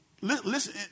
Listen